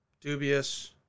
dubious